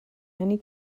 many